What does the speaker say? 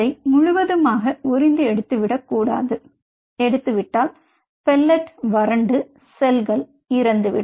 அதை முழுவதுமாக உறிந்து எடுத்து விட கூடாது எடுத்துவிட்டால் பெல்லெட் வறண்டு செல்கள் இறந்து விடும்